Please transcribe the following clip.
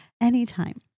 anytime